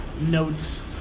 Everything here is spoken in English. notes